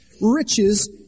riches